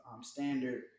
standard